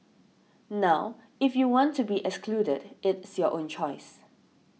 now if you want to be excluded it's your own choice